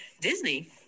disney